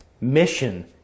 mission